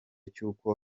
cy’uko